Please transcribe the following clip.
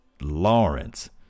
Lawrence